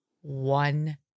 one